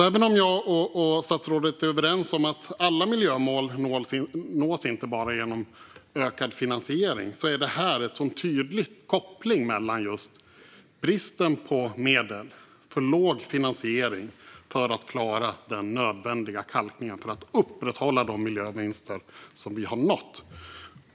Även om jag och statsrådet är överens om att alla miljömål inte nås bara genom ökad finansiering är det i fråga om detta en så tydlig koppling mellan just bristen på medel och för låg finansiering för att klara den nödvändiga kalkningen och för att upprätthålla de miljövinster som vi har nått.